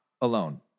alone